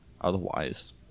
otherwise